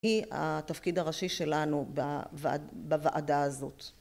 היא התפקיד הראשי שלנו בוועדה הזאת.